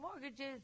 mortgages